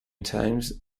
times